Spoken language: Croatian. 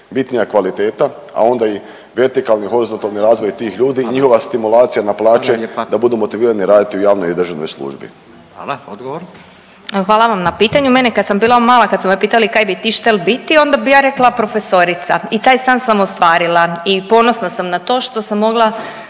bitnija kvaliteta, a onda i vertikalni i horizontalni razvoj tih ljudi i njihova stimulacija na plaće da budu motivirani raditi u javnoj i državnoj službi. **Radin, Furio (Nezavisni)** Hvala. Odgovor. **Glasovac, Sabina (SDP)** Hvala vam na pitanju. Mene kada sam bila mala kad su me pitali kaj bi ti štel biti, onda bi ja rekla - profesorica i taj san sam ostvarila i ponosna sam na to što sam mogla